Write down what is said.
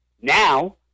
Now